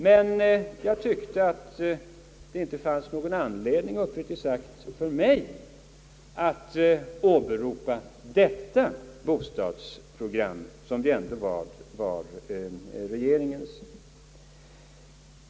Men jag tyckte uppriktigt sagt att det inte fanns någon anledning för mig att åberopa detta bostadsprogram, som ju ändå var regeringens.